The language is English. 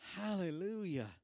Hallelujah